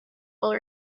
will